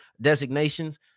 designations